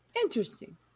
Interesting